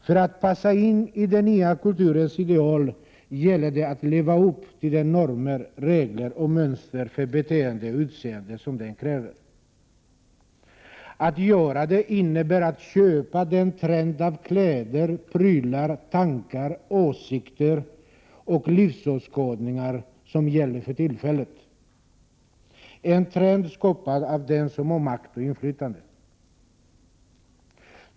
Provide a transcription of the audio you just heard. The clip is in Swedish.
För att passa in i den nya kulturens ideal gäller det att man lever upp till de normer, regler och mönster för beteende och utseende som den kräver. Att göra det innebär att man köper kläder och prylar och har tankar, åsikter och den livsåskådning som är i överensstämmelse med den trend som gäller för tillfället, en trend skapad av den som har makt och inflytande.